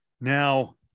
Now